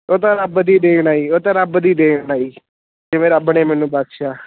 ਉਹ ਤਾਂ ਰੱਬ ਦੀ ਦੇਣ ਆ ਜੀ ਉਹ ਤਾਂ ਰੱਬ ਦੀ ਦੇਣ ਆ ਜੀ ਜਿਵੇਂ ਰੱਬ ਨੇ ਮੈਨੂੰ ਬਖ਼ਸ਼ਿਆ